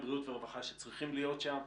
משרדי הבריאות והרווחה שצריכים להיות שם.